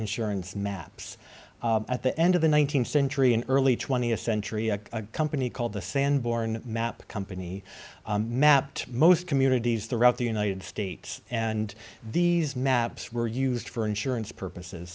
insurance maps at the end of the one nine hundred centuries and early twentieth century a company called the sanborn map company mapped most communities throughout the united states and these maps were used for insurance purposes